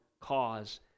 cause